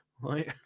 Right